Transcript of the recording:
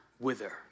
wither